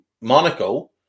Monaco